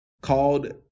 called